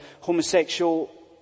homosexual